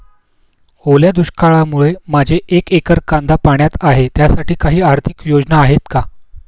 ओल्या दुष्काळामुळे माझे एक एकर कांदा पाण्यात आहे त्यासाठी काही आर्थिक योजना आहेत का?